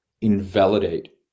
invalidate